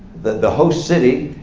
the the host city,